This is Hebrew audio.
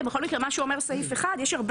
מה שאומר סעיף 1 זה שמה